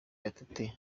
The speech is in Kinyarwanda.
gatete